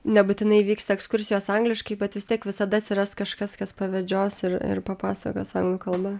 nebūtinai vyksta ekskursijos angliškai bet vis tiek visada atsiras kažkas kas pavedžios ir ir papasakos anglų kalba